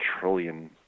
trillion